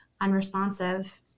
unresponsive